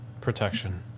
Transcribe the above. protection